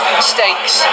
mistakes